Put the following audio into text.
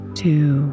two